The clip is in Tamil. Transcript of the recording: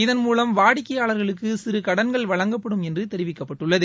இதன் மூலம் வாடிக்கையாளர்களுக்கு சிறு கடன்கள் வழங்கப்படும் என்று தெரிவிக்கப்பட்டுள்ளது